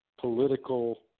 political